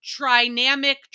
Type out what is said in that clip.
trinamic